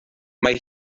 mae